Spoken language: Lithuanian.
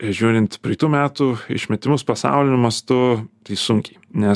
žiūrint praeitų metų išmetimus pasauliniu mastu tai sunkiai nes